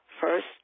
First